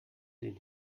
den